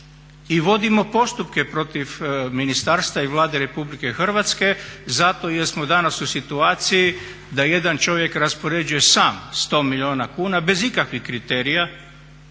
i vodimo postupke protiv ministarstva i Vlade RH zato jer smo danas u situaciji da jedan čovjek raspoređuje sam 100 milijuna kuna bez ikakvih kriterija